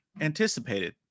anticipated